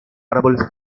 árboles